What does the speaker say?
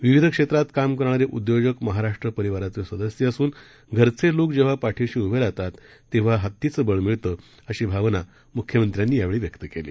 विविधक्षेत्रातकामकरणारेउद्योजकमहाराष्ट्रपरिवाराचेसदस्यअसूनघरचेलोकजेंव्हापाठीशीउभे राहताततेंव्हाहतीचंबळमिळतं अशीभावनाम्ख्यमंत्र्यांनीयावेळीव्यक्तकेली